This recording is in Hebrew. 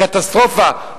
קטסטרופה,